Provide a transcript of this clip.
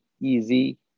easy